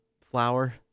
flour